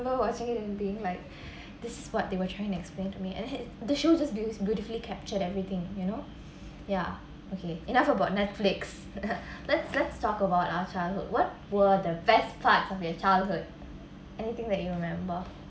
watching it and being like this is what they were trying to explain to me and the shows beautifully captured everything you know ya okay enough about netflix let's let's talk about our childhood what were the best parts of your childhood anything that you remember